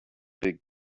big